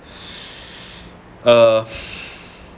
uh